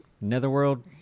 Netherworld